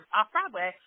Off-Broadway